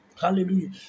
Hallelujah